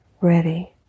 ready